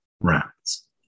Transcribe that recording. rounds